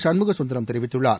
சண்முக சுந்தரம் தெரிவித்துள்ளார்